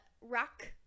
rock